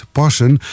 passen